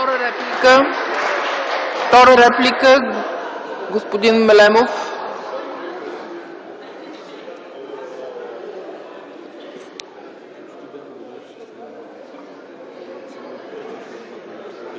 Втора реплика? Господин Мелемов.